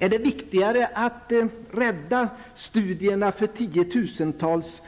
Är det viktigare att rädda studierna för tiotusentals